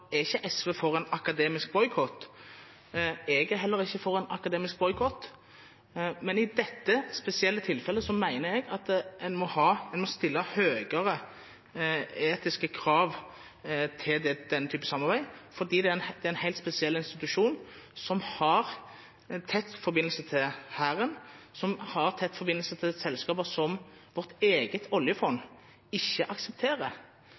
er ikke for en akademisk boikott. Jeg er heller ikke for en akademisk boikott. Men i dette spesielle tilfellet mener jeg at en må stille høyere etiske krav til den type samarbeid, for det er en helt spesiell institusjon, som har tett forbindelse til Hæren, som har tett forbindelse til selskaper som vårt eget oljefond ikke aksepterer.